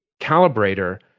calibrator